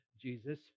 Jesus